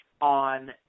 on